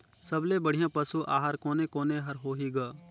सबले बढ़िया पशु आहार कोने कोने हर होही ग?